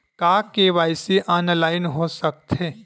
का KYC online हो सकथे?